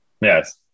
Yes